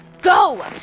go